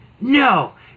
no